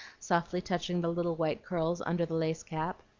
softly touching the little white curls under the lace cap.